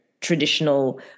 traditional